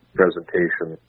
presentation